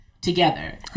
together